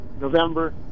November